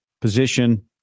position